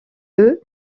eut